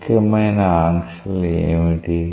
ముఖ్యమైన ఆంక్షలు ఏమిటి